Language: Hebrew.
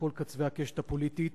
מכל קצווי הקשת הפוליטית